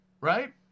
Right